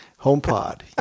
HomePod